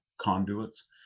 conduits